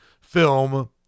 film